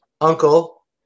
uncle